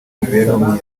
imibereho